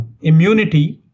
immunity